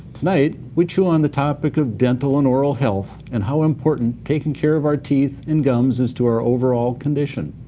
tonight we chew on the topic of dental and oral health and how important taking care of our teeth and gums is to our overall condition.